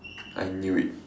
I knew it